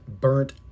burnt